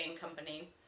company